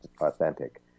authentic